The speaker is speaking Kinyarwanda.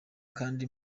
kandi